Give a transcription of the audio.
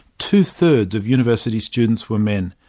two-thirds of university students were men.